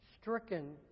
stricken